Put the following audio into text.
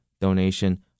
donation